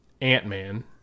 Ant-Man